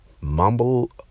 mumble